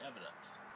evidence